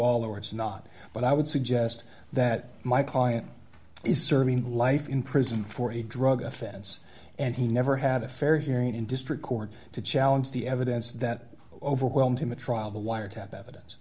all or it's not but i would suggest that my client is serving life in prison for a drug offense and he never had a fair hearing in district court to challenge the evidence that overwhelmed him a trial the wiretap evidence